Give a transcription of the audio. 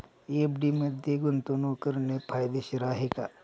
FD मध्ये गुंतवणूक करणे फायदेशीर आहे का?